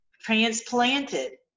transplanted